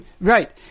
Right